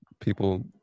people